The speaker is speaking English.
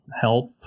help